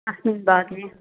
अस्मिन् वागे